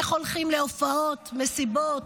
איך הולכים להופעות, מסיבות,